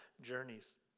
journeys